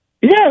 yes